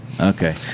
Okay